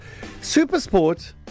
Supersport